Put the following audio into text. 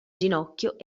ginocchio